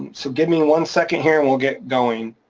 so give me one second here. and we'll get going.